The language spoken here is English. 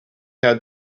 had